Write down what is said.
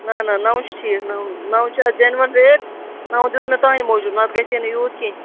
نہَ نہَ نہَ نَو چھُ ٹھیٖک نَو نَو چھُ اتھ جینوَن ریٚٹ نَو دیُت مہٕ تُہُنٚدِ موٗجوٗب نَتہٕ گژھٕ ہا نہٕ یوٗت کیٚنٛہہ